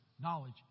knowledge